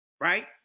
right